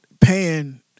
paying